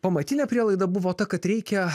pamatinė prielaida buvo ta kad reikia